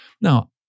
Now